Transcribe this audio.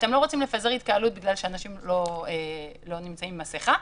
אתם לא רוצים לפזר התקהלות בגלל שאנשים לא נמצאים עם מסכה,